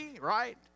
right